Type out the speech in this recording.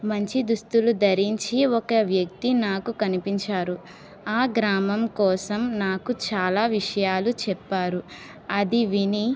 మంచి దుస్తులు ధరించి ఒక వ్యక్తి నాకు కనిపించారు ఆ గ్రామం కోసం నాకు చాలా విషయాలు చెప్పారు అది విని